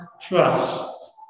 trust